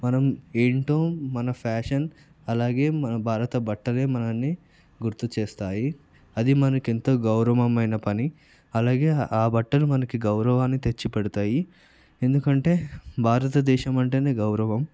మనం ఏంటో మన ఫ్యాషన్ అలాగే మన భారత బట్టలే మనల్ని గుర్తుచేస్తాయి అది మనకెంతో గౌరవమైన పని అలాగే ఆ బట్టలు మనకి గౌరవాన్ని తెచ్చిపెడతాయి ఎందుకంటే భారతదేశమంటేనే గౌరవం